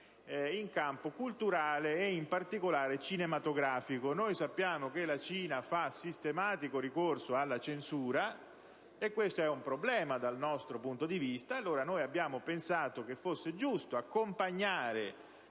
in campo culturale, in particolare cinematografico. Sappiamo che la Cina fa sistematico ricorso alla censura, e questo è un problema dal nostro punto di vista. Allora noi abbiamo pensato che fosse giusto accompagnare